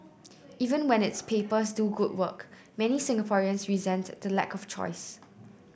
even when its papers do good work many Singaporeans resent the lack of choice